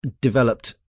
developed